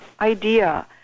idea